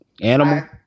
Animal